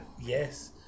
yes